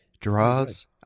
draws